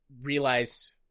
realize